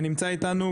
תודה.